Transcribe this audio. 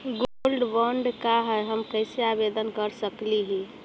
Gold bond का है, हम कैसे आवेदन कर सकली ही?